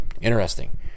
interesting